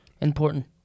important